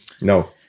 No